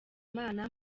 imana